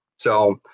so,